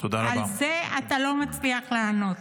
על זה אתה לא מצליח לענות.